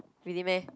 really meh